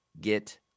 get